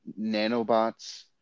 nanobots